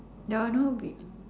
ya no be